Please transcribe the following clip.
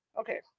Okay